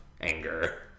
anger